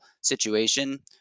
situation